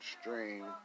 stream